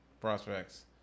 prospects